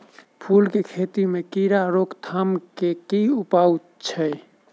फूल केँ खेती मे कीड़ा रोकथाम केँ की उपाय छै?